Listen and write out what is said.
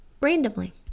randomly